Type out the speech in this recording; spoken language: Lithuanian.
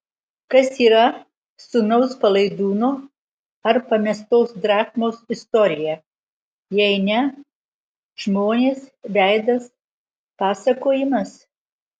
kas yra sūnaus palaidūno ar pamestos drachmos istorija jei ne žmonės veidas pasakojimas